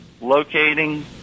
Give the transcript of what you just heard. locating